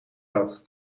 dat